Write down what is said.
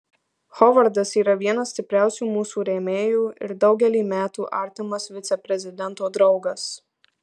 hovardas yra vienas stipriausių mūsų rėmėjų ir daugelį metų artimas viceprezidento draugas